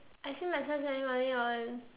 I see myself spending money on